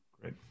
Great